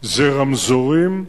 זה רמזורים.